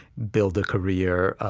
build a career,